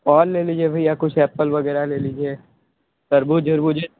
और ले लीजिये भैया कुछ एप्पल वगैरह ले लीजिए तरबूज खरबूजे